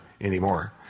anymore